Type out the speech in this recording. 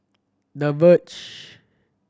The Verge